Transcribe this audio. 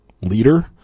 leader